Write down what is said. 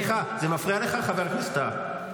סליחה, זה מפריע לך חבר הכנסת טאהא?